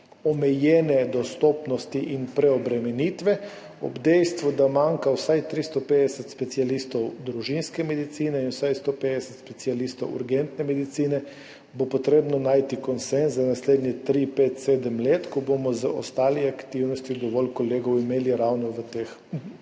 omejene dostopnosti in preobremenitve. Ob dejstvu, da manjka vsaj 350 specialistov družinske medicine in vsaj 150 specialistov urgentne medicine, bo potrebno najti konsenz za naslednjih tri, pet, sedem let, ko bomo z ostalimi aktivnostmi imeli dovolj kolegov ravno v teh